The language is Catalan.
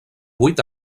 vuit